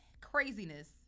craziness